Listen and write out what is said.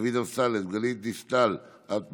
דוד אמסלם, גלית דיסטל אטבריאן,